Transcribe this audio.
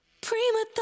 Prima